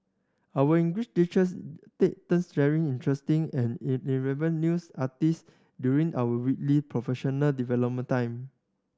our English teachers take turns sharing interesting and news artist during our weekly professional development time